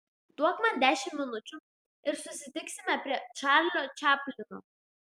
duok man dešimt minučių ir susitiksime prie čarlio čaplino